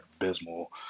abysmal